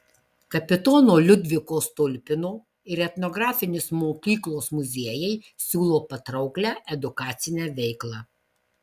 kapitono liudviko stulpino ir etnografinis mokyklos muziejai siūlo patrauklią edukacinę veiklą